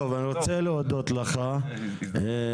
טוב, אני רוצה להודות לך דרור.